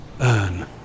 Earn